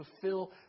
fulfill